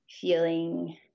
feeling